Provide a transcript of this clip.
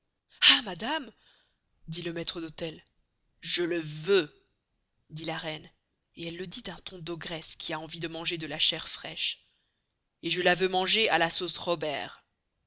ah madame dit le maistre d'hôtel je le veux dit la reine et elle le dit d'un ton d'ogresse qui a envie de manger de la chair fraische et je la veux manger à la sausse robert